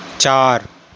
ਚਾਰ